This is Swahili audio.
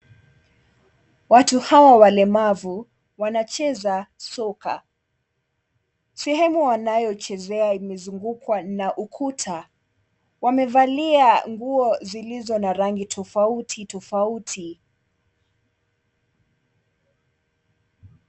Watu hawa walemavu wanacheza soka sehemu wanayocheza imezungushwa na ukuta wamevalia nguo zilizo na rangi tofauti tofauti.